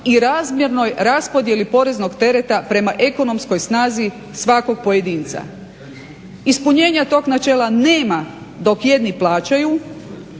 i razmjernoj raspodjeli poreznog tereta prema ekonomskoj snazi svakog pojedinca. Ispunjenja tog načela nema dok jedni plaćaju